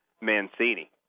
Mancini